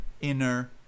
inner